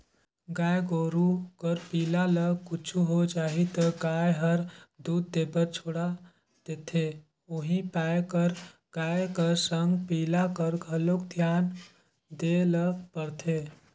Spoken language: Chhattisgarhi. गाय गोरु कर पिला ल कुछु हो जाही त गाय हर दूद देबर छोड़ा देथे उहीं पाय कर गाय कर संग पिला कर घलोक धियान देय ल परथे